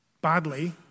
Badly